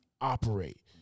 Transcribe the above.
operate